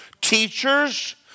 teachers